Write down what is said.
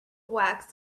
wax